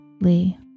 Lee